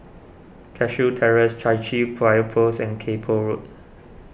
Cashew Terrace Chai Chee Fire Post and Kay Poh Road